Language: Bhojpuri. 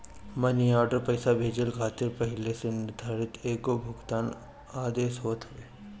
मनी आर्डर पईसा भेजला खातिर पहिले से निर्धारित एगो भुगतान आदेश होत हवे